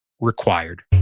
required